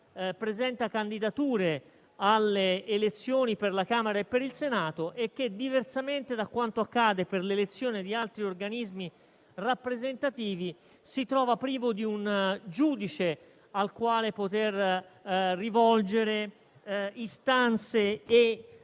presenta candidature alle elezioni per la Camera e per il Senato, che, diversamente da quanto accade per l'elezione di altri organismi rappresentativi, si trovano privi di un giudice al quale poter rivolgere istanze e